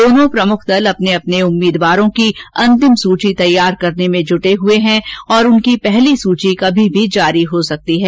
दोनो प्रमुख दल अपने अपने उम्मीदवारों की अंतिम सूची तैयार करने में जुटे हुये है तथा उनकी पहली सूची कभी भी जारी हो सकती है